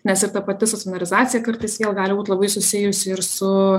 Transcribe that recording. nes ir ta pati stacionalizacija kartais vėl gali būt labai susijusi ir su